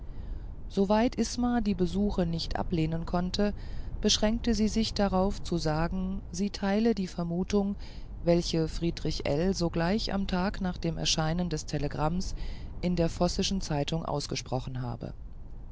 soweit isma die besuche nicht ablehnen konnte beschränkte sie sich darauf zu sagen sie teile die vermutungen welche friedrich ell sogleich am tag nach dem erscheinen des telegramms in der vossischen zeitung ausgesprochen habe